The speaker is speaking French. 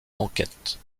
enquête